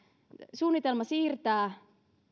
suunnitelma siirtää